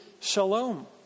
shalom